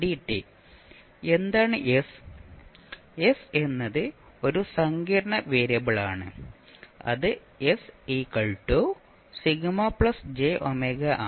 s എന്നത് ഒരു സങ്കീർണ്ണ വേരിയബിളാണ് അത് s 𝜎j⍵ ആണ്